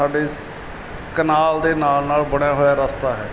ਸਾਡੇ ਸ ਕਨਾਲ ਦੇ ਨਾਲ ਨਾਲ ਬਣਿਆ ਹੋਇਆ ਰਸਤਾ ਹੈ